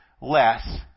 less